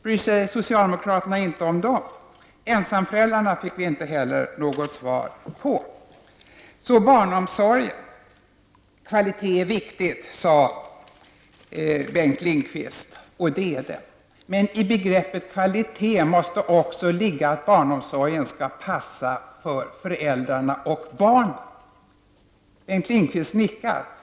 Bryr sig socialdemokraterna om dem? Vi fick inte heller något svar på frågan om ensamföräldrarna. När det sedan gäller barnomsorgen så sade Bengt Lindqvist att kvalitet är viktigt, och det är det. Men i begreppet kvalitet måste också ligga att barnomsorgen skall passa för föräldrarna och barnen. Bengt Lindqvist nickar.